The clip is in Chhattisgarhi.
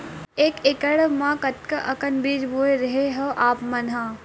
एक एकड़ म कतका अकन बीज बोए रेहे हँव आप मन ह?